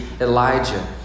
Elijah